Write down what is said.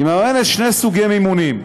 היא מממנת בשני סוגי מימון: